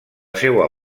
seua